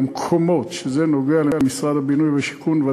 במקומות שזה נוגע למשרד הבינוי והשיכון,